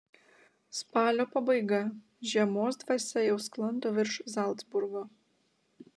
spalio pabaiga žiemos dvasia jau sklando virš zalcburgo